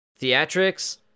theatrics